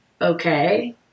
okay